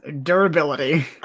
durability